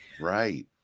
Right